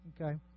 Okay